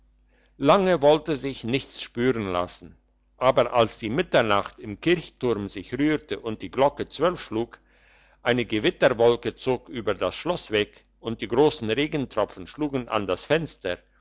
lange wollte sich nichts spüren lassen aber als die mitternacht im kirchturm sich rührte und die glocke zwölf schlug eine gewitterwolke zog über das schloss weg und die grossen regentropfen schlugen an die fenster